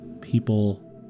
People